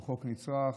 הוא חוק נצרך,